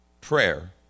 prayer